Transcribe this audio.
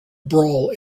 brawl